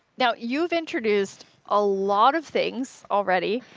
now you've introduced a lot of things already.